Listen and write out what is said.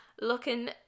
looking